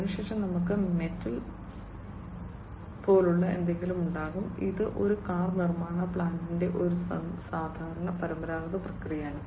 അതിനുശേഷം നമുക്ക് മെറ്റൽ നുരയെ പോലെയുള്ള എന്തെങ്കിലും ഉണ്ടാകും ഇത് ഒരു കാർ നിർമ്മാണ പ്ലാന്റിലെ ഒരു സാധാരണ പരമ്പരാഗത പ്രക്രിയയാണ്